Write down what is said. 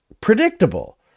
Predictable